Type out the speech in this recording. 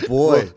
boy